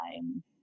time